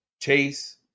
Chase